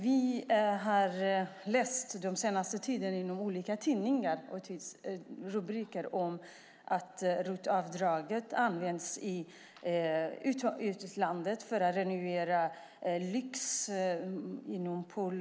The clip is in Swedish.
Vi har den senaste tiden i olika tidningar kunnat läsa rubriker om att ROT-avdraget används i utlandet för renovering av lyxbostäder.